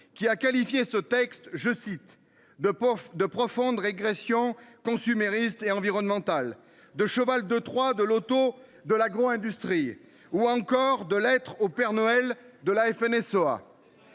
qui a qualifié ce texte je cite de de profonde régression consumériste et environnementale de cheval de Troie de l'auto de l'agro-industrie ou encore de lettres au Père Noël de la FNSEA.